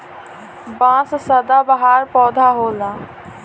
बांस सदाबहार पौधा होला